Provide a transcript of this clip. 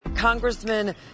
Congressman